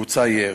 בוצע ירי.